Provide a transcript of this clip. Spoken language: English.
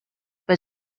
but